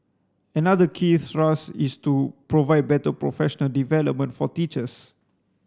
another key thrust is to provide better professional development for teachers